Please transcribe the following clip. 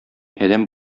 адәм